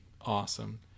awesome